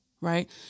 right